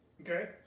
Okay